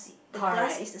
correct